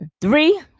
Three